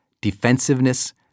defensiveness